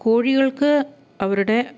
കോഴികൾക്ക് അവരുടെ